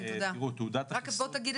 תראו, תעודת